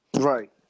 Right